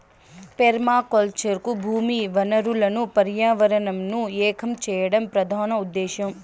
permaculture కు భూమి వనరులను పర్యావరణంను ఏకం చేయడం ప్రధాన ఉదేశ్యం